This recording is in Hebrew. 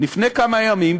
לפני כמה ימים,